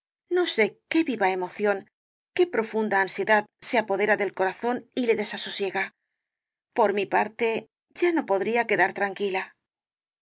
no sé qué viva emoción qué profunda ansiedad se apodera del corazón y le desasosiega por mi parte ya no podría quedar tranquila